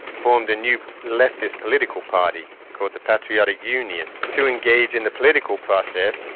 formed a new leftist political party, called the patriotic union, to engage in the political process,